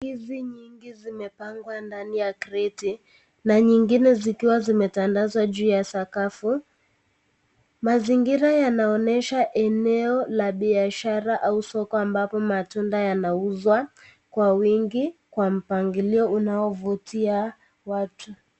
Ndizi mingi imepangwa ndani ya kreti na nyingine zikiwa zimetandazwa chini ya sakafu. Mazingira yanaonyesha eneo la biashara au soko ambapo matunda yanauzwa kwa wingi kwa mpangilio unaovutia watu.